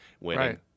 winning